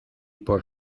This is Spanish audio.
por